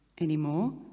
anymore